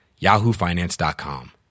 yahoofinance.com